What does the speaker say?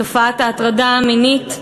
תופעת ההטרדה המינית,